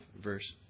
verse